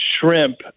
shrimp